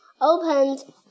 opened